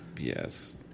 Yes